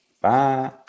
Bye